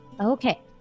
okay